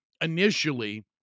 initially